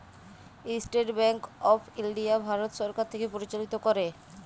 State bank of India Bharat সরকার থ্যাকে পরিচালিত ক্যরে